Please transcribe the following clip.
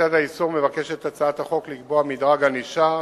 לצד האיסור מבקשת הצעת החוק לקבוע מדרג ענישה,